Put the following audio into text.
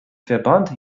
verband